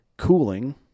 cooling